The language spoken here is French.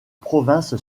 province